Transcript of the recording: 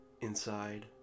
inside